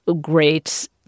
great—